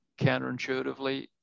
counterintuitively